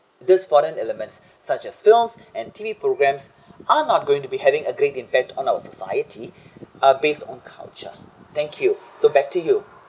this foreign elements such as films and T_V programs are not going to be having a great impact on our society uh based on culture thank you so back to you